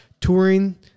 touring